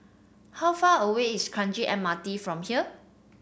how far away is Kranji M R T from here